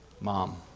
Mom